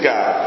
God